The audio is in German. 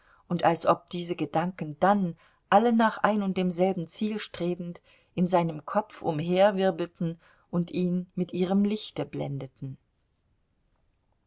und als ob diese gedanken dann alle nach ein und demselben ziel strebend in seinem kopf umherwirbelten und ihn mit ihrem lichte blendeten